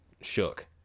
shook